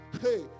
Hey